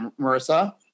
marissa